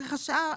ערך השעה,